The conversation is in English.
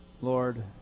Lord